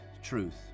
truth